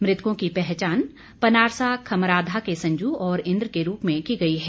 मृतकों की पहचान पनारसा खमराधा के संजू और इंद्र के रूप में की गई है